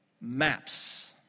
maps